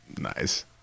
nice